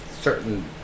certain